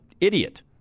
idiot